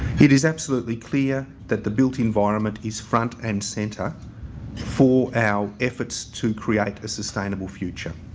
it is absolutely clear that the built environment is front and centre for our efforts to create a sustainable future.